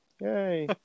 Yay